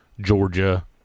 Georgia